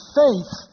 faith